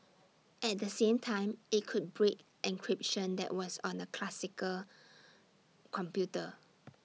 at the same time IT could break encryption that was on A classical computer